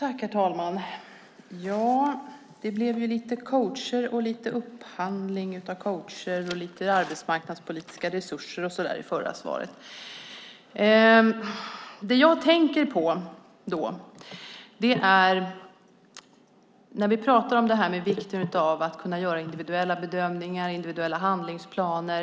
Herr talman! Det blev lite coacher, lite upphandling av coacher och lite arbetsmarknadspolitiska resurser i förra svaret. Vi talar om vikten av att kunna göra individuella bedömningar och individuella handlingsplaner.